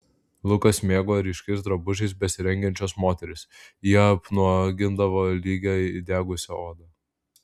lukas mėgo ryškiais drabužiais besirengiančias moteris jie apnuogindavo lygią įdegusią odą